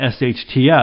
SHTF